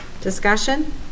Discussion